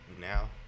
now